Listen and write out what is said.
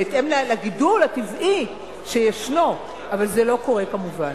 בהתאם לגידול הטבעי שיש, אבל זה לא קורה כמובן.